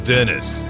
Dennis